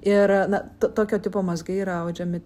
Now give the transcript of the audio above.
ir na tokio tipo mazgai yra audžiami